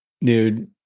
Dude